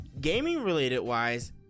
Gaming-related-wise